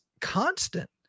constant